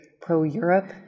pro-Europe